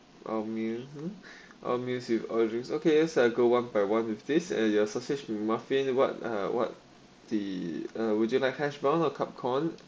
all meal all meals with all drinks okay lets uh go one by one with this and your sausage mac muffin what uh what the uh would you like hash brown or cup corn